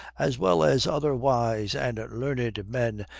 as well as other wise and learned men,